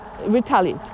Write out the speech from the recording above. retaliate